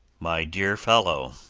my dear fellow,